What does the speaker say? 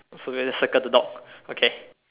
so we circle the dog okay